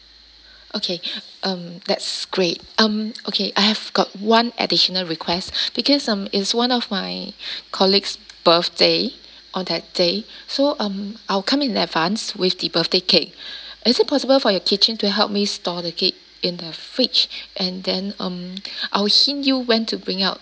okay um that's great um okay I have got one additional request because um is one of my colleagues' birthday on that day so um I'll come in in advance with the birthday cake is it possible for your kitchen to help me store the cake in the fridge and then um I'll hint you when to bring out